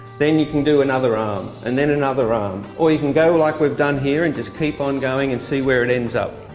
then you can do another arm. and then another arm, or you can go like we've done here and just keep on going and see where it ends up.